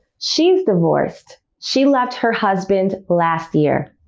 she's divorced she left her husband last year